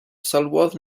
sylwodd